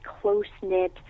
close-knit